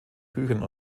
büchern